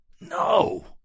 No